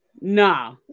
no